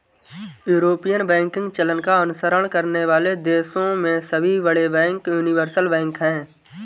European banking चलन का अनुसरण करने वाले देशों में सभी बड़े बैंक यूनिवर्सल बैंक हैं